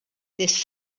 this